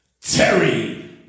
Terry